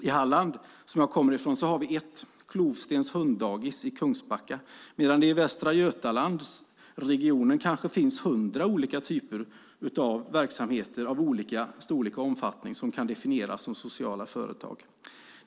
I Halland, som jag kommer ifrån, har vi en sådan verksamhet - Klovstens hunddagis i Kungsbacka - medan det i Västra Götalandsregionen finns kanske 100 olika typer av verksamheter av olika storlek och omfattning som kan definieras som sociala företag.